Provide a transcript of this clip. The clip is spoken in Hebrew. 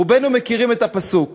רובנו מכירים את הפסוק